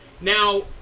Now